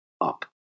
up